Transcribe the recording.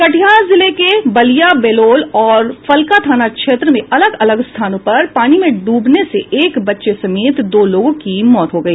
कटिहार जिले के बलिया बेलोन और फलका थाना क्षेत्र में अलग अलग स्थानों पर पानी में डूबने से एक बच्चे समेत दो लोगों की मौत हो गई